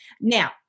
Now